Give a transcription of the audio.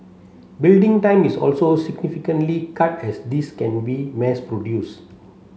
building time is also significantly cut as these can be mass produced